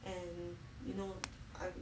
and you know um